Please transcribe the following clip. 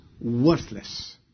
worthless